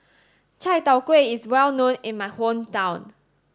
Chai Tow Kway is well known in my hometown